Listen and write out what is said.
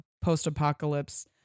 post-apocalypse